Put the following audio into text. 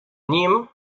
nim